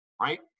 right